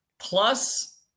plus